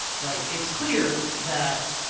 like it's clear that